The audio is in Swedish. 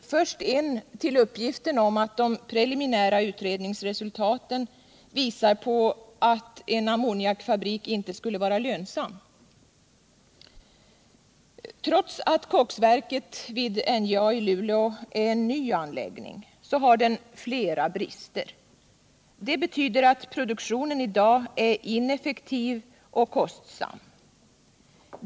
Först en till uppgiften om att de preliminära utredningsresultaten visar på att en ammoniakfabrik inte skulle vara lönsam. Trots att koksverket vid NJA i Luleå är en ny anläggning har den flera brister. Det betyder att produktionen i dag är ineffektiv och kostsam.